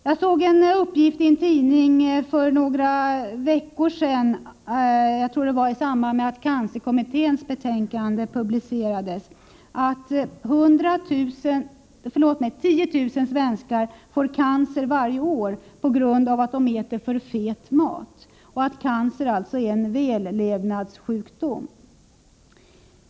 Jag såg en uppgift i en tidning för några veckor sedan -— jag tror att det var i samband med att cancerkommitténs betänkande publicerades — att 10 000 svenskar får cancer varje år på grund av att de äter för fet mat. Cancer är alltså en vällevnadssjukdom.